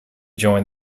join